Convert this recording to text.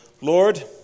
Lord